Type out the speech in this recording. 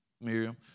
Miriam